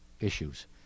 issues